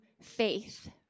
faith